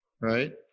right